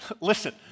Listen